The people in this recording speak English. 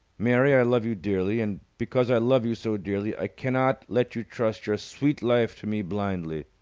mary, i love you dearly, and because i love you so dearly i cannot let you trust your sweet life to me blindly.